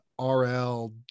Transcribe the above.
RL